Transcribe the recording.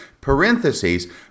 Parentheses